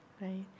right